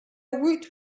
woot